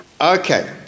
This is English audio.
Okay